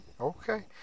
Okay